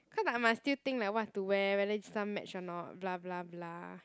cause I must still think like what to wear whether this one match or not blah blah blah